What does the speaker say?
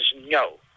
no